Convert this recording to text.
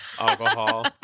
alcohol